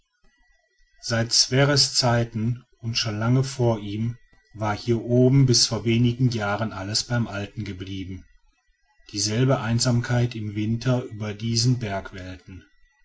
seit sverres zeiten und schon lange vor ihm war hier oben bis vor wenigen jahren alles beim alten geblieben dieselbe einsamkeit im winter über diesen